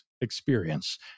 experience